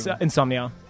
Insomnia